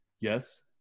Yes